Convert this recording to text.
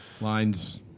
Line's